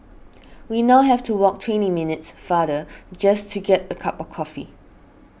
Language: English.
we now have to walk twenty minutes farther just to get a cup of coffee